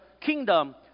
kingdom